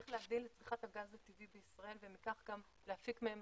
איך להגדיל את צריכת הגז הטבעי בישראל ובכך גם להפיק מהם